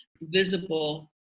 visible